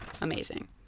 amazing